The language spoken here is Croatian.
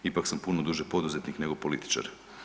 Ipak sam puno duže poduzetnik nego političar.